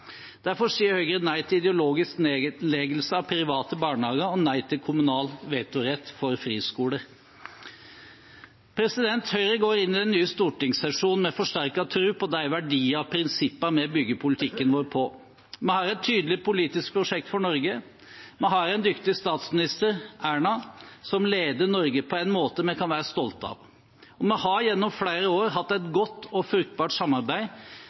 Derfor sier Høyre nei til ideologisk nedleggelse av private barnehager og nei til kommunal vetorett for friskoler. Høyre går inn i den nye stortingssesjonen med forsterket tro på de verdier og prinsipper vi bygger politikken vår på. Vi har et tydelig politisk prosjekt for Norge. Vi har en dyktig statsminister, Erna, som leder Norge på en måte vi kan være stolte av. Og vi har gjennom flere år hatt et godt og fruktbart samarbeid